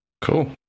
Cool